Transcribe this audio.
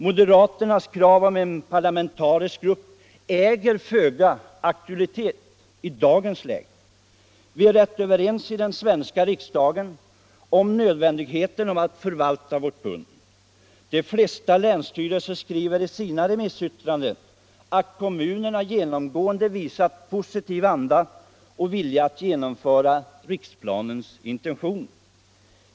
Moderaternas krav om en parlamentarisk grupp äger föga aktualitet i dagens läge. Vi är rätt överens i den svenska riksdagen om nödvändigheten av att förvalta vårt pund. De flesta länsstyrelser skriver i sina remissyttranden att kommunerna genomgående visat positiv anda och vilja att genomföra riksplanens intentioner.